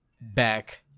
back